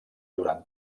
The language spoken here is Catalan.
durant